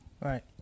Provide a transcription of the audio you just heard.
Right